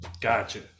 gotcha